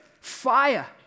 Fire